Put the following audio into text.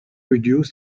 reduce